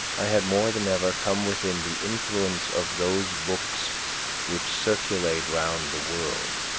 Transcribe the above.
i had more than ever come within the influence of those books which circulate round the world,